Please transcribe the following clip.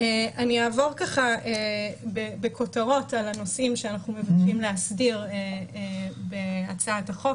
אני אעבור בכותרות על הנושאים שאנחנו מבקשים להסדיר בהצעת החוק